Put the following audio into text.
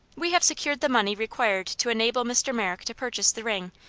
we have secured the money required to enable mr. merrick to purchase the ring,